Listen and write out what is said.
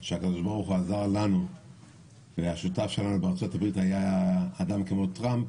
שהיה השותף שלנו בארצות הברית, היה הנשיא טראמפ.